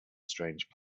strange